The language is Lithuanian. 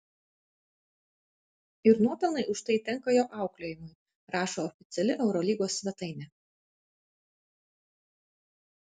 ir nuopelnai už tai tenka jo auklėjimui rašo oficiali eurolygos svetainė